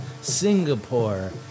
Singapore